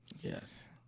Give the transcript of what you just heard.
Yes